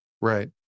Right